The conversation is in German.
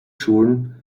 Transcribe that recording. schulen